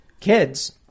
kids